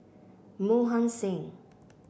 Mohan Singh